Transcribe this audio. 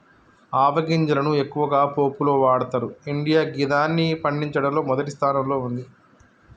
ఆవ గింజలను ఎక్కువగా పోపులో వాడతరు ఇండియా గిదాన్ని పండించడంలో మొదటి స్థానంలో ఉంది